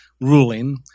ruling